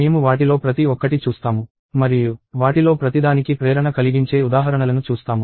మేము వాటిలో ప్రతి ఒక్కటి చూస్తాము మరియు వాటిలో ప్రతిదానికి ప్రేరణ కలిగించే ఉదాహరణలను చూస్తాము